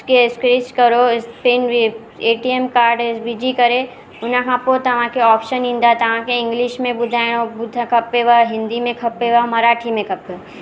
या स्क्रेच करो स्पीन रिप एटीएम काड विझी करे हुन खां पोइ तव्हांखे ऑपशन ईंदा तव्हांखे इंग्लिश में ॿुधाइणो खपेव हिंदी में खपेव मराठी में खपे